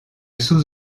sous